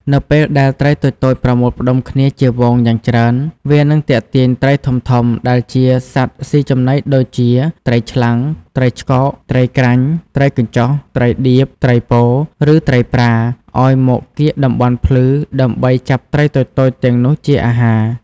នៅពេលដែលត្រីតូចៗប្រមូលផ្តុំគ្នាជាហ្វូងយ៉ាងច្រើន វានឹងទាក់ទាញ ត្រីធំៗដែលជាសត្វស៊ីចំណីដូចជា ត្រីឆ្លាំង ត្រីឆ្កោក ត្រីក្រាញ់ ត្រីកញ្ចុះ ត្រីដៀប ត្រីពោ ឬត្រីប្រា ឱ្យមកកៀកតំបន់ភ្លឺដើម្បីចាប់ត្រីតូចៗទាំងនោះជាអាហារ។